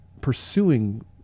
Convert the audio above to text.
pursuing